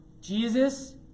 Jesus